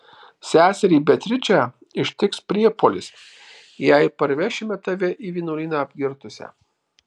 seserį beatričę ištiks priepuolis jei parvešime tave į vienuolyną apgirtusią